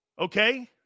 Okay